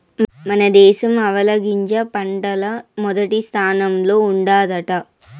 మన దేశం ఆవాలగింజ పంటల్ల మొదటి స్థానంలో ఉండాదట